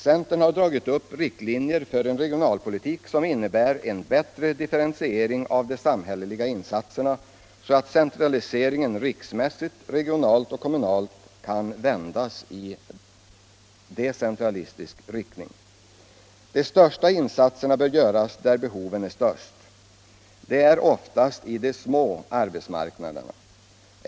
Centern har dragit upp riktlinjer för en regionalpolitik som innebär en bättre differentiering av de sambhälleliga insatserna, så att centraliseringen riksmässigt, regionalt och kommunalt kan vändas i decentralistisk riktning. De största insatserna bör göras där behoven är störst. Det är oftast på de små arbetsmarknaderna.